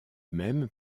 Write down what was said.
même